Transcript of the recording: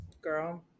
Girl